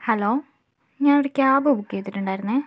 hello ഞാൻ ഒരു cab book ചെയ്തിട്ടുണ്ടായിരുന്നു